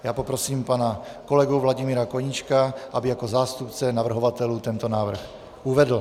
Já poprosím pana kolegu Vladimíra Koníčka, aby jako zástupce navrhovatelů tento návrh uvedl.